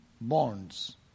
bonds